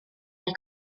mae